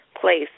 place